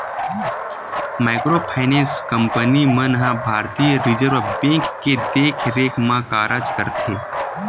micro finance company मन ह भारतीय रिजर्व बेंक के देखरेख म कारज करथे